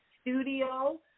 studio